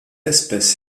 espèce